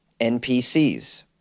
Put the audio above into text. NPCs